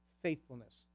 Faithfulness